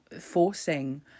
forcing